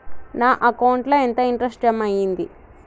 నా అకౌంట్ ల ఎంత ఇంట్రెస్ట్ జమ అయ్యింది?